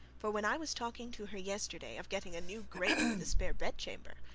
for when i was talking to her yesterday of getting a new grate for the spare bedchamber,